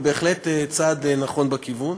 אבל זה בהחלט צעד נכון בכיוון.